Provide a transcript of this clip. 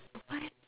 what